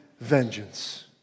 vengeance